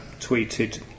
tweeted